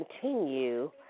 continue